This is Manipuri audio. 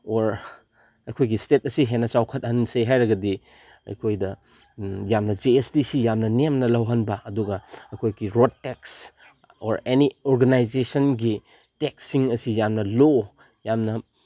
ꯑꯣꯔ ꯑꯩꯈꯣꯏꯒꯤ ꯏꯁꯇꯦꯠ ꯑꯁꯤ ꯍꯦꯟꯅ ꯆꯥꯎꯈꯠꯍꯟꯁꯤ ꯍꯥꯏꯔꯒꯗꯤ ꯑꯩꯈꯣꯏꯗ ꯌꯥꯝꯅ ꯖꯤ ꯑꯦꯁ ꯇꯤꯁꯤ ꯌꯥꯝꯅ ꯅꯦꯝꯅ ꯂꯧꯍꯟꯕ ꯑꯗꯨꯒ ꯑꯩꯈꯣꯏꯒꯤ ꯔꯣꯗ ꯇꯦꯛꯁ ꯑꯣꯔ ꯑꯦꯅꯤ ꯑꯣꯔꯒꯅꯥꯏꯖꯦꯁꯟꯒꯤ ꯇꯦꯛꯁꯁꯤꯡ ꯑꯁꯤ ꯌꯥꯝꯅ ꯂꯣ ꯌꯥꯝꯅ